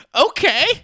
Okay